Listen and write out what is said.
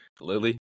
Lily